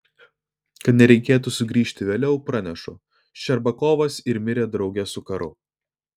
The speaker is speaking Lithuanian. kad nereikėtų sugrįžti vėliau pranešu ščerbakovas ir mirė drauge su karu